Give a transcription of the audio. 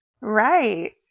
Right